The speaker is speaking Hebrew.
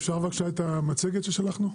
אפשר בבקשה את המצגת ששלחנו?